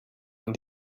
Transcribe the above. and